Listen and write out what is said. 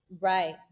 Right